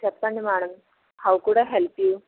చెప్పండి madam how could I help you